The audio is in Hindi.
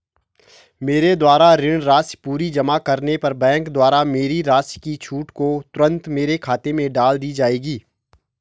मेरे द्वारा ऋण राशि पूरी जमा करने पर बैंक द्वारा मेरी राशि की छूट को तुरन्त मेरे खाते में डाल दी जायेगी?